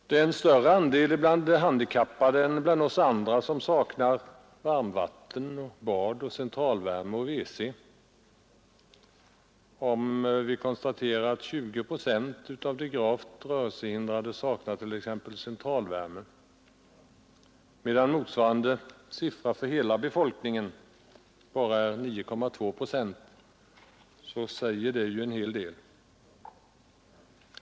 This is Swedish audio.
Det är en större andel bland de handikappade än bland oss andra som saknar varmvatten, bad, centralvärme och WC. 20 procent av de gravt rörelsehindrade saknar t.ex. centralvärme, medan motsvarande siffra för hela befolkningen är 9,2 procent.